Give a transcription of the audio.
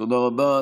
תודה רבה.